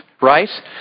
right